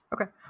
Okay